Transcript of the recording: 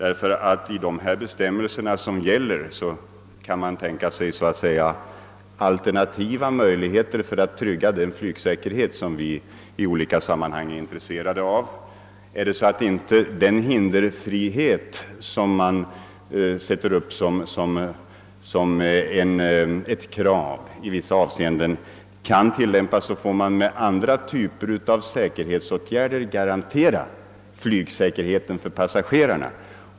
Inom de bestämmelser som gäller kan man nämligen tänka sig alternativa möjligheter att trygga den flygsäkerhet, som vi i olika sammanhang är intresserade av. Om den hinderfrihet, som man sätter upp som ett krav i vissa avseenden, inte kan tillämpas, får man med andra typer av säkerhetsåtgärder garantera flygsäkerheten för passagerarna.